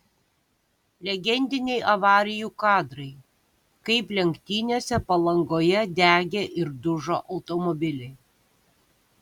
legendiniai avarijų kadrai kaip lenktynėse palangoje degė ir dužo automobiliai